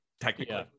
Technically